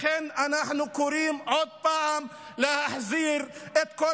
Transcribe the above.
לכן אנחנו קוראים עוד פעם להחזיר את כל